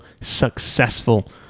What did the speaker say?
successful